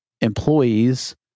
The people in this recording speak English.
employees